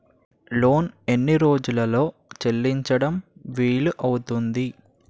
Loan ఎన్ని రోజుల్లో చెల్లించడం వీలు అవుతుంది?